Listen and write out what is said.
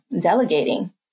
delegating